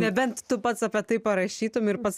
nebent tu pats apie tai parašytum ir pats